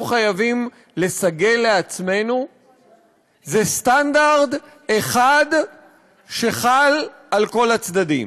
חייבים לסגל לעצמנו זה סטנדרט אחד שחל על כל הצדדים.